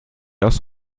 aus